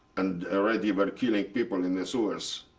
and already were killing people in the sewers.